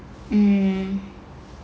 mmhmm